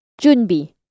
Junbi